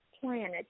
planet